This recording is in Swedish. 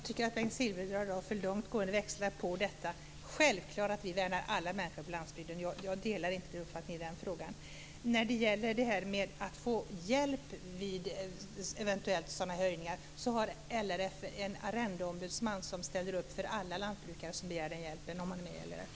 Herr talman! Bengt Silfverstrand drar för långt gående växlar på detta. Självfallet värnar vi alla människor på landsbygden. Jag delar inte Bengt Silfverstrands uppfattning i den frågan. När det gäller att få hjälp vid eventuella höjningar har LRF en arrendeombudsman som ställer upp för alla lantbrukare som är med i LRF och som begär den hjälpen.